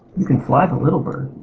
you can fly the littlebird,